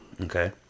Okay